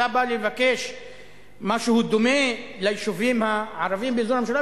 כשאתה בא לבקש משהו דומה ליישובים הערביים באזור המשולש,